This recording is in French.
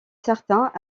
certains